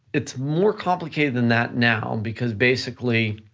it's more complicated than that now, because basically,